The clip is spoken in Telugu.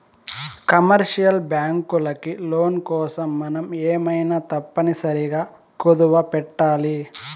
కమర్షియల్ బ్యాంకులకి లోన్ కోసం మనం ఏమైనా తప్పనిసరిగా కుదవపెట్టాలి